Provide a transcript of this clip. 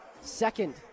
Second